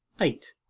eight.